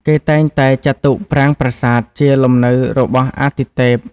គេតែងតែចាត់ទុកប្រាង្គប្រាសាទជាលំនៅរបស់អាទិទេព។